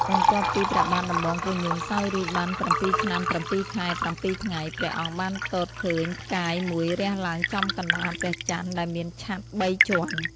បន្ទាប់ពីព្រះបាទដំបងក្រញូងសោយរាជ្យបាន ៧ឆ្នាំ ៧ខែ ៧ថ្ងៃ ព្រះអង្គបានទតឃើញផ្កាយមួយរះឡើងចំកណ្តាលព្រះច័ន្ទដែលមានឆត្រ ៣ជាន់ ។